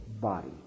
body